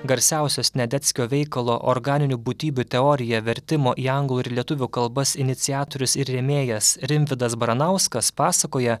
garsiausio sniadeckio veikalo organinių būtybių teorija vertimo į anglų ir lietuvių kalbas iniciatorius ir rėmėjas rimvydas baranauskas pasakoja